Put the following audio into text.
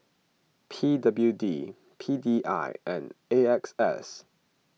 P W D P D I and A X S